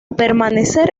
permanecer